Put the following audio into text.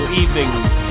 evenings